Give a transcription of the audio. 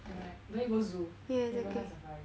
and like no need go zoo no need go night safari